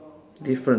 different